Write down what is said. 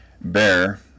Bear